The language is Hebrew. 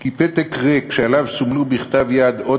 כי פתק ריק שעליו סומנו בכתב יד אות